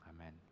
Amen